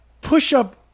push-up